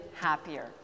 happier